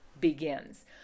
begins